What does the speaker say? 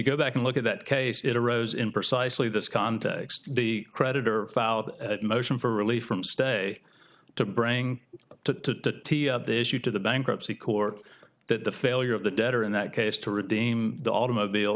go back and look at that case it arose in precisely this context the creditor filed a motion for relief from stay to bring to this you to the bankruptcy court that the failure of the debtor in that case to redeem the automobile